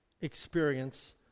experience